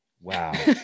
Wow